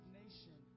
nation